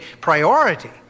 priority